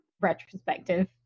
retrospective